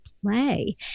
play